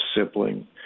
sibling